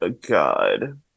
God